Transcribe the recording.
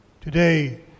Today